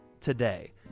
today